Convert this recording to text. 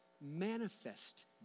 manifest